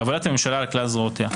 בעבודת הממשלה על כלל זרועותיה.